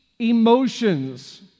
emotions